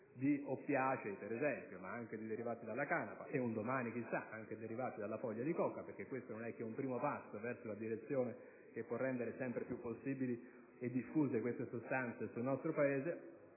di oppiacei, ma anche di derivati dalla canapa e un domani, chissà, anche di derivati dalla foglia di coca, perché questo non è che un primo passo verso una direzione che può rendere sempre più possibili e diffuse queste sostanze nel nostro Paese.